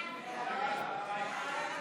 הודעת